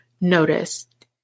noticed